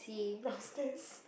downstairs